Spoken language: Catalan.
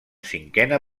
cinquena